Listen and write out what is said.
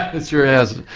is your answer,